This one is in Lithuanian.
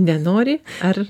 nenori ar